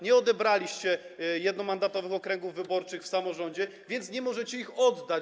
Nie odebraliście jednomandatowych okręgów wyborczych w samorządzie, więc nie możecie ich oddać.